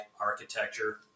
architecture